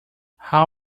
how